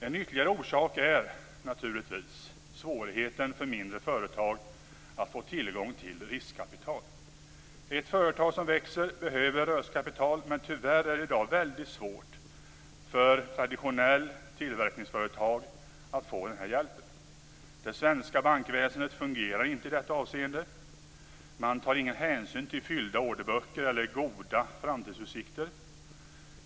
En ytterligare orsak är naturligtvis svårigheten för mindre företag att få tillgång till riskkapital. Ett företag som växer behöver rörelsekapital, men tyvärr är det i dag väldigt svårt för ett traditionellt tillverkningsföretag att få denna hjälp. Det svenska bankväsendet fungerar inte i detta avseende. Man tar ingen hänsyn till fyllda orderböcker eller goda framtidsutsikter.